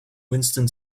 winston